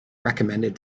recommended